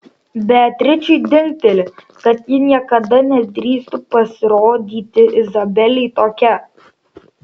beatričei dingteli kad ji niekada nedrįstų pasirodyti izabelei tokia